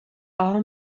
all